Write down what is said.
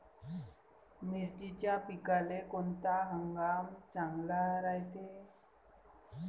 मिर्चीच्या पिकाले कोनता हंगाम चांगला रायते?